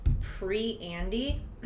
pre-Andy